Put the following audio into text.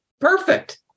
Perfect